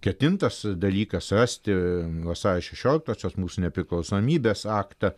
ketintas dalykas rasti vasario šešioliktosios mūsų nepriklausomybės aktą